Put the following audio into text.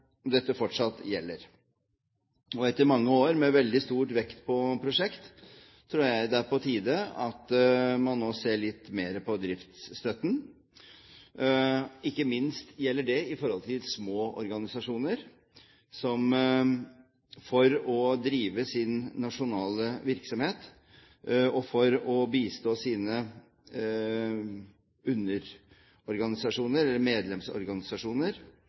dette fortsatt gjelder. Og etter mange år med veldig stor vekt på prosjekt, tror jeg det er på tide at man nå ser litt mer på driftsstøtten, ikke minst gjelder det i forhold til små organisasjoner, som for å drive sin nasjonale virksomhet, og for å bistå sine underorganisasjoner, eller medlemsorganisasjoner,